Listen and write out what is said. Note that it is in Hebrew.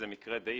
זה מקרה די ייחודי.